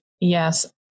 Yes